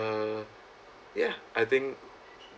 uh ya I think